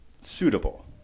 suitable